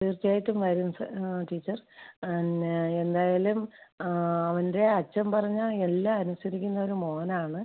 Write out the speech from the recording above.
തീർച്ചയായിട്ടും വരും sir teacher തന്നെ എന്തായാലും ആ അവൻ്റെ അച്ഛൻ പറഞ്ഞാൽ എല്ലാം അനുസരിക്കുന്നൊരു മോനാണ്